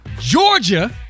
Georgia